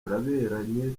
turaberanye